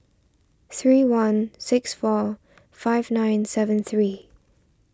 three one six four five nine seven three